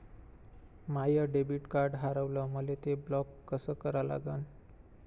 माय debit card हारवलं, मले ते ब्लॉक कस करा लागन?